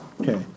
Okay